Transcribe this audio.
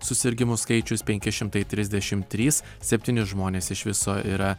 susirgimų skaičius penki šimtai trisdešimt trys septyni žmonės iš viso yra